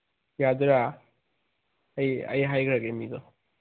ꯌꯥꯗꯣꯏꯔꯥ ꯑꯩ ꯍꯥꯏꯒ꯭ꯔꯒꯦ ꯃꯤꯗꯣ